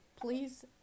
please